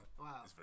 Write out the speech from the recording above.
Wow